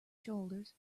shoulders